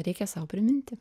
reikia sau priminti